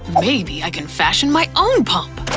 maybe i can fashion my own pump.